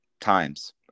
times